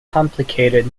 complicated